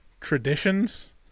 traditions